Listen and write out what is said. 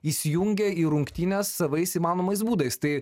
įsijungia į rungtynes savais įmanomais būdais tai